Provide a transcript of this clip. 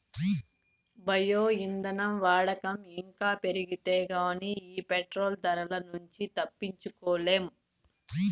bio ఇంధనం వాడకం ఇంకా పెరిగితే గానీ ఈ పెట్రోలు ధరల నుంచి తప్పించుకోలేం